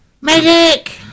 Medic